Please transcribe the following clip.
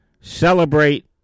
celebrate